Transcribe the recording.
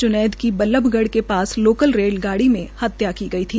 जुनैद की बल्लभगढ़ के पास लोकल रेलगाड़ी में हत्या की गई थी